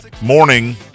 morning